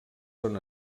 són